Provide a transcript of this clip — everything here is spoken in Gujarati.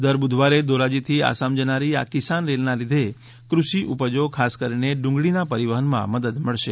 દર બુધવારે ધોરાજીથી આસામ જનારી આ કિસાન રેલના લીધે ક્રષિ ઉપજો ખાસ કરીને ડુંગળીના પરિવહનમાં મદદ મળશે